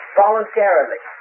voluntarily